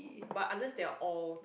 but unless they are all